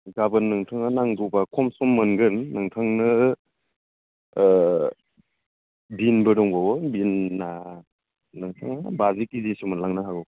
गाबोन नोंथाङा नांगौबा खम सम मोनगोन नोंथांनो बिनबो दंबावो बिनआ नोंथाङा बाजि केजिसो मोनलांनो हागौ